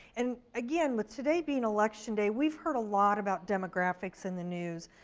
and again, with today being election day, we've heard a lot about demographics in the news,